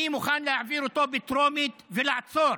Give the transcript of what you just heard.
אני מוכן להעביר אותו בטרומית ולעצור.